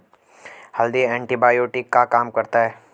हल्दी एंटीबायोटिक का काम करता है